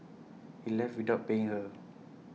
he left without paying her